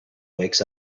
wakes